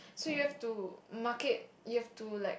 so you have to market you have to like